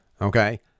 Okay